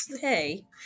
hey